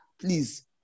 please